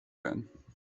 werden